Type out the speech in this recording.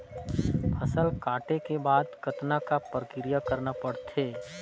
फसल काटे के बाद कतना क प्रक्रिया करना पड़थे?